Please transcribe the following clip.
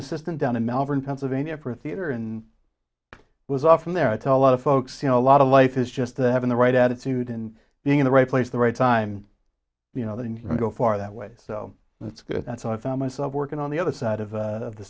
assistant down in malvern pennsylvania for theater and i was often there i tell a lot of folks you know a lot of life is just having the right attitude and being in the right place the right time you know then you know for that way so that's good that's i've found myself working on the other side of